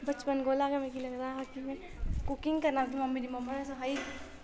बचपन कोला गै मिगी लगदा हा कि में कुकिंग करना कि मिगी मेरी मम्मी ने सखाई